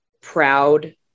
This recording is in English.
proud